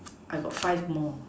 I got five more